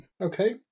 Okay